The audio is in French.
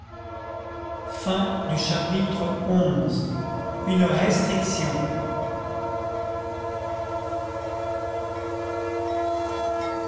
chapitre xi une restriction